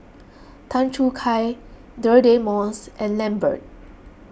Tan Choo Kai Deirdre Moss and Lambert